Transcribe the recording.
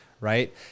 Right